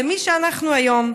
למי שאנחנו היום.